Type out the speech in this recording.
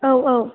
औ औ